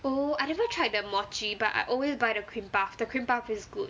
oh I never tried the mochi but I always buy the cream puff the cream puff is good